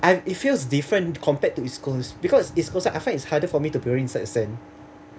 and it feels different compared to east coast because east coast ah I find it is harder for me to bury inside the sand